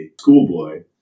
schoolboy